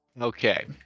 Okay